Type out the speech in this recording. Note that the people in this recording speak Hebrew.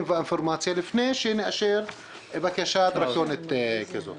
והאינפורמציה לפני שנאשר בקשה דרקונית כזאת.